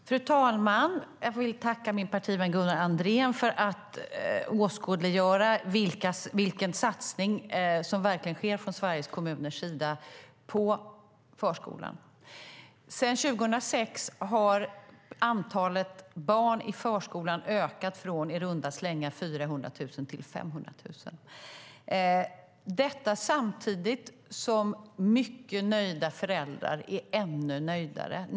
Fru talman! Jag vill tacka min partivän Gunnar Andrén för att han åskådliggör vilken satsning som sker från Sveriges kommuners sida på förskolan. Sedan 2006 har antalet barn i förskolan ökat från i runda slängar 400 000 till 500 000 - detta samtidigt som mycket nöjda föräldrar är ännu nöjdare.